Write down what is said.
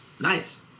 Nice